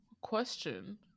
question